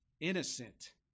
innocent